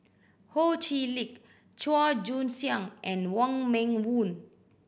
Ho Chee Lick Chua Joon Siang and Wong Meng Voon